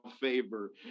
favor